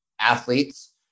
athletes